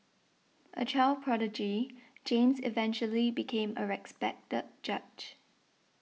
a child prodigy James eventually became a respected judge